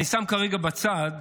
אני שם כרגע בצד